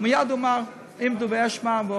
מייד הוא אמר: עמדו ואשמעה,